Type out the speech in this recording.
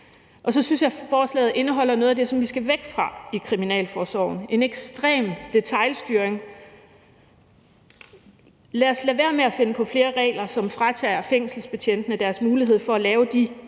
på. Så synes jeg også, at forslaget indeholder noget af det, som vi skal væk fra i kriminalforsorgen, nemlig en ekstrem detailstyring. Lad os lade være med at finde på flere regler, som fratager fængselsbetjentene deres mulighed for at lave de